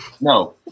no